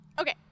Okay